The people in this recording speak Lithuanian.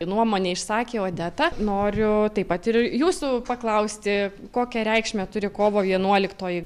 nuomonę išsakė odeta noriu taip pat ir jūsų paklausti kokią reikšmę turi kovo vienuoliktoji